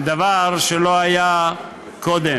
דבר שלא היה קודם.